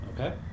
Okay